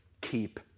keep